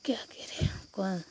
क्या करें हमको